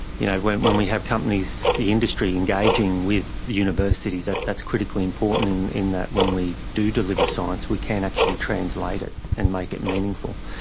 you know, when when we have companies, the industry engaging with universities, that is critically important in in that when we do deliver science we can actually translate it and make it meaningful.